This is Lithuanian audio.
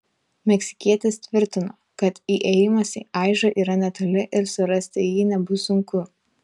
meksikietis tvirtino kad įėjimas į aižą yra netoli ir surasti jį nebus sunku